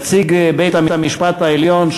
נציג בית-המשפט העליון,